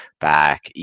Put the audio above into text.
back